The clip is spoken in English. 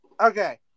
Okay